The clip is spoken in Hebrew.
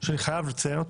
שאני חייב לציין,